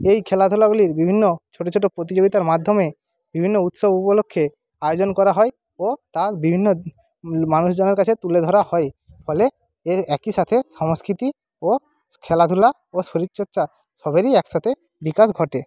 এই খেলাধুলাগুলির বিভিন্ন ছোটো ছোটো প্রতিযোগিতার মাধ্যমে বিভিন্ন উৎসব উপলক্ষ্যে আয়োজন করা হয় ও তা বিভিন্ন মানুষজনের কাছে তুলে ধরা হয় ফলে এই একই সাথে সংস্কৃতি ও খেলাধুলা ও শরীরচর্চা সবেরই একসাথে বিকাশ ঘটে